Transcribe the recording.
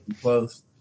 close